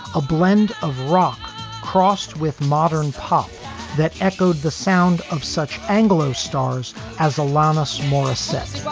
a blend of rock crossed with modern pop that echoed the sound of such anglo stars as alanis morissette